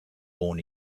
born